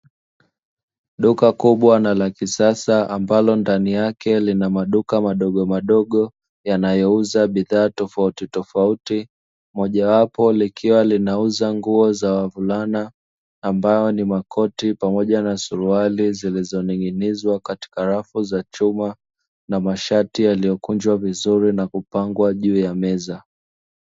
Duka kubwa la kisasa, ambalo ndani yake lina maduka madogo madogo yanayo uza bidhaa tofauti tofauti moja wapo likiwa linauza nguo za wavulana ,ambayo ni makoti pamoja na suruali zilizo ning'inizwa katika rafu za chuma na mashati yaliyokunjwa vizuri na kupangwa juu ya meza.